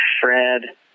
Fred